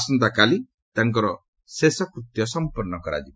ଆସନ୍ତାକାଲି ତାଙ୍କର ଶେଷକୃତ୍ୟ ସମ୍ପନ୍ନ ହେବ